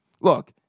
look